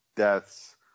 deaths